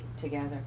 together